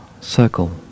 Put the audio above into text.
Circle